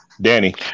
Danny